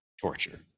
torture